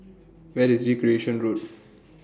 Where IS Recreation Road